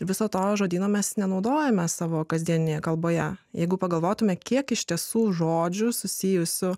viso to žodyno mes nenaudojame savo kasdieninėje kalboje jeigu pagalvotume kiek iš tiesų žodžių susijusių